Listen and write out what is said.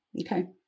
okay